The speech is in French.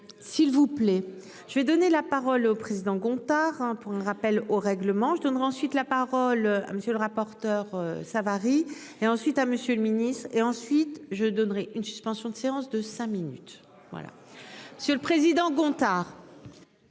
S'il vous plaît. Je vais donner la. Parole au président Gontard pour un rappel au règlement je donnerai ensuite la parole à monsieur le rapporteur. Savary et ensuite à Monsieur le Ministre et ensuite je donnerai une suspension de séance de cinq minutes, voilà. Si le président Gontard.